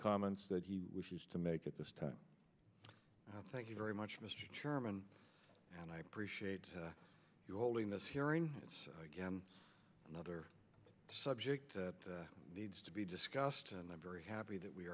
comments that he wishes to make at this time thank you very much mr chairman and i appreciate your holding this hearing it's again another subject needs to be discussed and i'm very happy that we